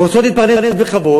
רוצות להתפרנס בכבוד,